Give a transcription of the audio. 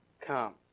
come